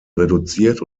reduziert